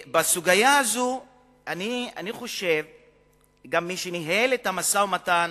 בסוגיה הזאת גם מי שניהל את המשא-ומתן,